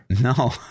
no